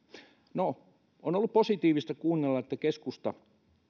no on ollut positiivista kuunnella että keskusta